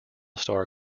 star